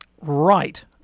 Right